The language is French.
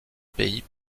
pays